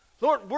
Lord